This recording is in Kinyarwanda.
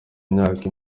myaka